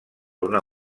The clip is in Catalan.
una